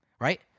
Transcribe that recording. right